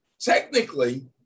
technically